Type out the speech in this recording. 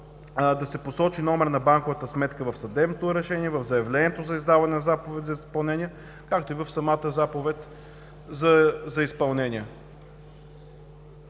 да се посочи номер на банковата сметка в съдебното решение, в заявлението за издаване на заповед за изпълнение, както и в самата заповед за изпълнение.